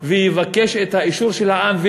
לעם ויבקש את האישור של העם,